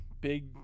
big